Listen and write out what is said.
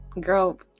girl